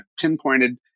pinpointed